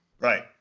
Right